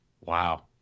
Wow